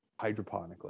hydroponically